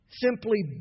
simply